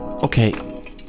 Okay